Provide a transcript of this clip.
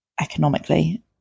economically